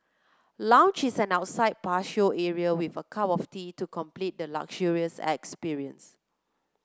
lounge is an outside patio area with a cup of tea to complete the luxurious experiences